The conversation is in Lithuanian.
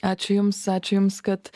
ačiū jums ačiū jums kad